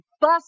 bus